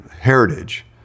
heritage